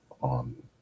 on